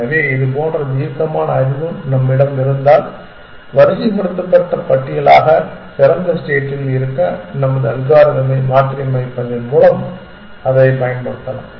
எனவே இதுபோன்ற தீர்க்கமான அறிவு நம்மிடம் இருந்தால் வரிசைப்படுத்தப்பட்ட பட்டியலாக திறந்த ஸ்டேட்டில் இருக்க நமது அல்காரிதமை மாற்றியமைப்பதன் மூலம் அதைப் பயன்படுத்தலாம்